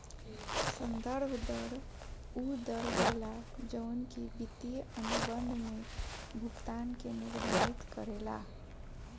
संदर्भ दर उ दर होला जवन की वित्तीय अनुबंध में भुगतान के निर्धारित करेला